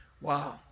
Wow